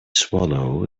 swallow